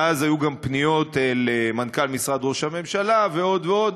מאז היו גם פניות למנכ"ל משרד ראש הממשלה ועוד ועוד.